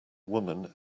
woman